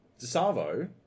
...DeSavo